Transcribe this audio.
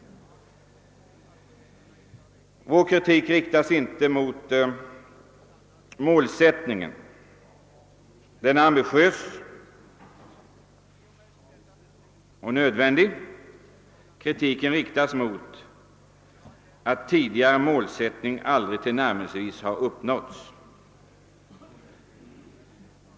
Vår kritik riktas inte mot målsättningen för Norrbottens järnverk — den är ambitiös och nödvändig — utan den riktas mot att den tidigare målsättningen aldrig tillnärmelsevis har uppnåtts.